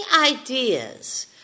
ideas